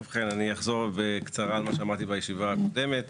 אני אחזור בקצרה על מה שאמרתי בישיבה הקודמת.